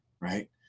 Right